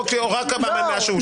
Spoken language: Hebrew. לא.